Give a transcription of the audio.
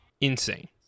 insane